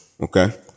Okay